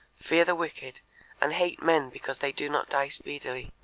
fear the wicked and hate men because they do not die speedily